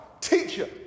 teacher